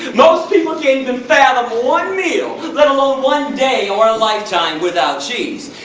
most people can't even fathom one meal, let alone one day, or a lifetime without cheese.